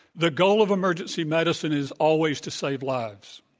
the goal of emergency medicine is always to save lives.